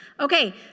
Okay